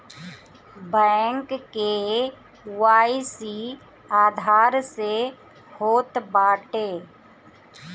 bank KYC Aadhaar से होत बाटे